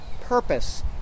purpose